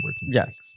yes